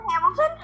Hamilton